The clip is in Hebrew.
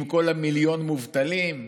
עם כל מיליון המובטלים?